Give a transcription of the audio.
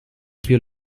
più